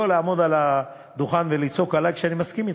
לא לעמוד על הדוכן ולצעוק עלי כשאני מסכים אתך.